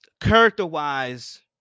character-wise